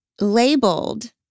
labeled